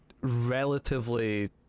relatively